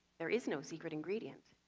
there is no secret ingredient.